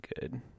good